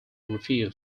refused